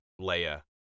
Leia